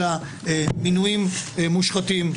אלא מינויים מושחתים,